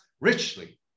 richly